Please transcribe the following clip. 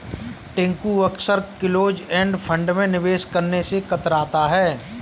टिंकू अक्सर close end fund में निवेश करने से कतराता है